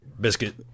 Biscuit